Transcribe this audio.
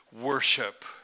worship